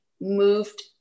moved